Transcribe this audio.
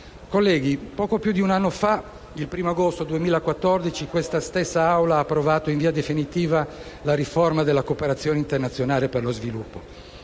Colleghi, poco più di un anno fa, il 1° agosto 2014, questa stessa Assemblea ha approvato in via definitiva la riforma della cooperazione internazionale per lo sviluppo.